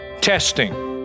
testing